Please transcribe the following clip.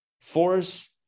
force